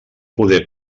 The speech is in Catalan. poder